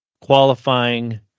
qualifying